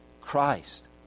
Christ